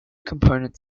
component